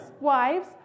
wives